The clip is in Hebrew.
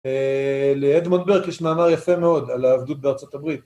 לאדמונד ברק יש מאמר יפה מאוד על העבדות בארצות הברית.